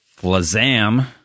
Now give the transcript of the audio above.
Flazam